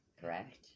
Correct